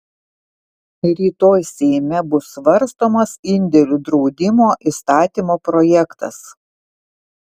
rytoj seime bus svarstomas indėlių draudimo įstatymo projektas